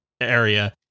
area